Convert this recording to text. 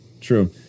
true